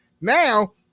Now